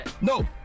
No